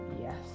Yes